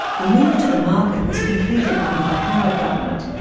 the move to the market was completed under the howard government,